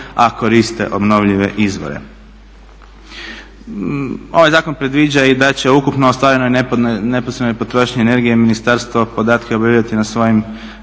a koriste obnovljive izvore. Ovaj zakon predviđa i da će ukupno ostvareno i neposredno potrošnji energije ministarstvo podatke objavljivati na svojim